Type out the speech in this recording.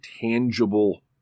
tangible